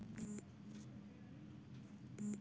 একজন পুরুষ কি স্বর্ণ জয়ন্তী দলের মেম্বার হতে পারে?